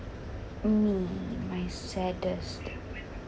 me my saddest